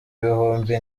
ibihumbi